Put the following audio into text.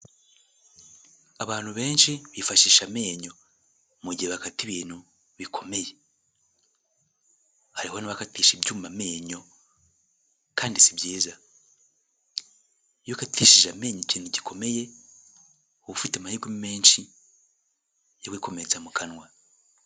Abantu benshi bifashisha amenyo, mu gihe bakata ibintu bikomeye, hariho n'abakatisha ibyuma amenyo, kandi si byiza, iyo ukatishije amenyo ikintu gikomeye, uba ufite amahirwe menshi yo kwikomeretsa mu kanwa.